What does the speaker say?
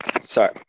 Sorry